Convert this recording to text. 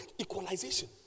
Equalization